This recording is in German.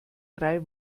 drei